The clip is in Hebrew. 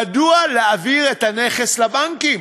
מדוע להעביר את הנכס לבנקים?